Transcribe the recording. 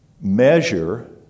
Measure